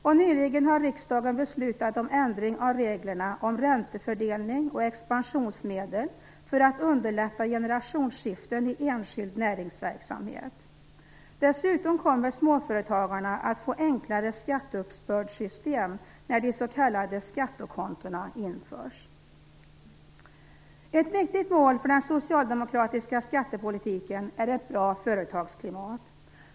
Och nyligen har riksdagen beslutat om ändring av reglerna om räntefördelning och expansionsmedel, för att underlätta generationsskiften i enskild näringsverksamhet. Dessutom kommer småföretagarna att få enklare skatteuppbördssystem när de s.k. skattekontona införs. Ett viktigt mål för den socialdemokratiska skattepolitiken är ett bra företagsklimat.